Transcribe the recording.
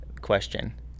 question